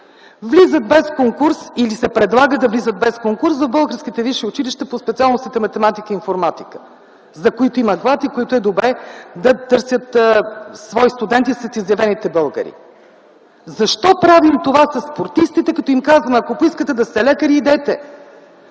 влизат без конкурс или се предлага да влизат без конкурс в българските висши училища по специалностите „математика” и „информатика”, за които има глад и които е добре да търсят свои студенти сред изявените българи. Защо правим това със спортистите, като им казваме: ако поискате да сте лекари, идете?!